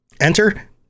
enter